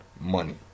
Money